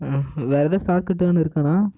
வேற ஏதாவது shortcut எதானு இருக்காண்ணா